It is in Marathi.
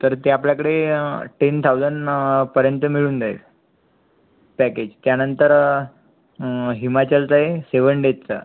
तर ते आपल्याकडे टेन थाउजंड पर्यंत मिळून जाईल पॅकेज त्यानंतर हिमाचलचं आहे सेव्हन डेजचं